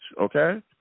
okay